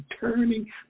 turning